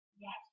yes